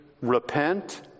repent